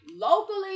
locally